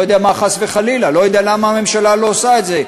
אני לא יודע מה "חס וחלילה" לא יודע למה הממשלה לא עושה את זה,